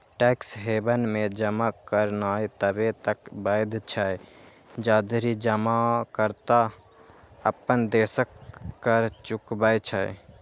tax haven मे जमा करनाय तबे तक वैध छै, जाधरि जमाकर्ता अपन देशक कर चुकबै छै